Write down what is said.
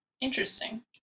Interesting